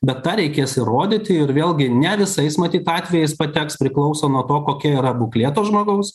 bet tą reikės įrodyti ir vėlgi ne visais matyt atvejais pateks priklauso nuo to kokia yra būklė to žmogaus